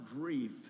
grief